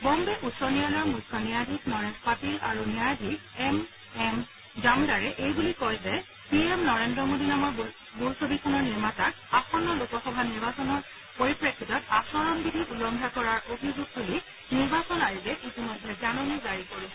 বোহ্বে উচ্চ ন্যায়ালয়ৰ মুখ্য ন্যায়াধীশ নৰেশ পাটিল আৰু ন্যায়াধীশ এন এম জামদাৰে এই বুলি কয় যে পি এম নৰেন্দ্ৰ মোদী নামৰ বোলছবিখনৰ নিৰ্মাতাক আসন্ন লোকসভা নিৰ্বাচনৰ পৰিপ্ৰেক্ষিতত আচৰণবিধি উলংঘা কৰা বুলি অভিযোগ তুলি নিৰ্বাচন আয়োগে ইতিমধ্যে জাননী জাৰি কৰিছে